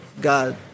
God